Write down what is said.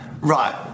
Right